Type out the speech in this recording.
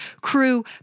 crew